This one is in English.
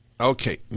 Okay